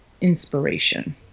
inspiration